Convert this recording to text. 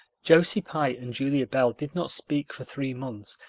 josie pye and julia bell did not speak for three months,